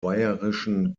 bayerischen